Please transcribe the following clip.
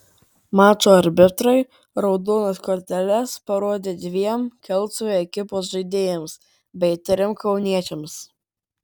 mačo arbitrai raudonas korteles parodė dviem kelcų ekipos žaidėjams bei trim kauniečiams